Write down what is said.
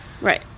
Right